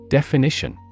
Definition